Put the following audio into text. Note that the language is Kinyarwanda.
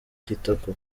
kitoko